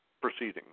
proceeding